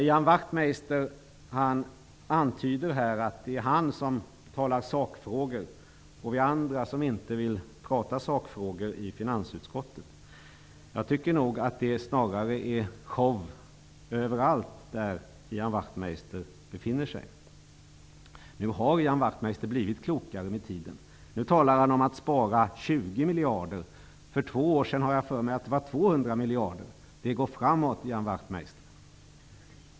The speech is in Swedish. Ian Wachtmeister antyder att det är han som diskuterar sakfrågor och att vi andra i finansutskottet inte vill göra det. Jag tycker snarare att det är show överallt där Ian Wachtmeister befinner sig. Men Ian Wachtmeister har ändå blivit klokare med tiden. Nu talar han om att spara 20 miljarder. För två år sedan var det 200 miljarder, har jag för mig. Det går framåt, Ian Wachtmeister!